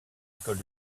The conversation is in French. école